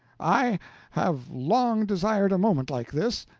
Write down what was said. i have long desired a moment like this.